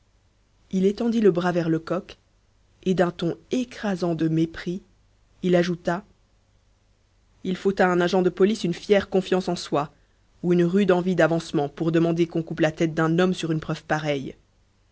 il étendit le bras vers lecoq et d'un ton écrasant de mépris il ajouta il faut à un agent de police une fière confiance en soi ou une rude envie d'avancement pour demander qu'on coupe la tête d'un homme sur une preuve pareille